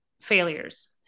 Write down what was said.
failures